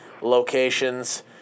locations